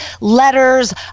letters